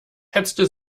hetzte